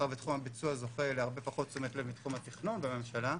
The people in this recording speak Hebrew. ומאחר ותחום הביצוע זוכה להרבה פחות תשומת לב מתחום התכנון בממשלה,